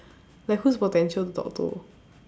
like who's potential to talk to